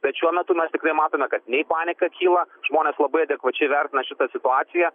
bet šiuo metu mes tikrai matome kad nei panika kyla žmonės labai adekvačiai vertina šitą situaciją